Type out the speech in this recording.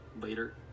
later